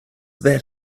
that